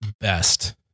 best